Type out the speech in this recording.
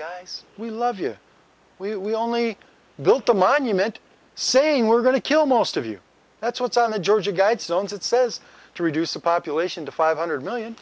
guys we love you we only built a monument saying we're going to kill most of you that's what's on the georgia guidestones it says to reduce a population to five hundred million